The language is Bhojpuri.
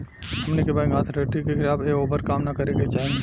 हमनी के बैंक अथॉरिटी के खिलाफ या ओभर काम न करे के चाही